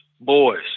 boys